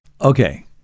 Okay